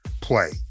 play